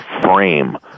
frame